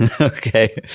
Okay